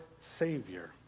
Savior